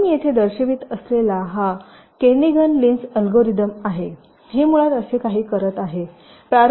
म्हणून मी येथे दर्शवित असलेला हा केर्निघन लिन्स अल्गोरिदम आहे हे मुळात असे काही करत आहे